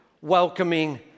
welcoming